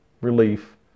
relief